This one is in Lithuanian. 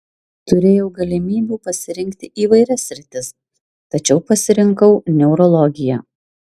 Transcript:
turėjau galimybių pasirinkti įvairias sritis tačiau pasirinkau neurologiją